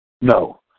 No